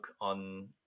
on